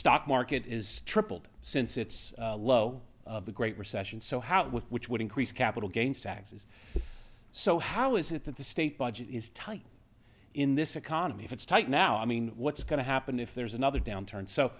stock market is tripled since its low of the great recession so how which would increase capital gains taxes so how is it that the state budget is tight in this economy if it's tight now i mean what's going to happen if there's another downturn so